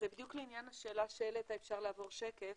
בדיוק לעניין השאלה שהעלית אפשר לעבור שקף.